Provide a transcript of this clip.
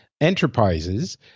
enterprises